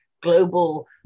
global